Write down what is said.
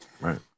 Right